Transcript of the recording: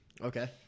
Okay